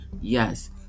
Yes